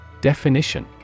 Definition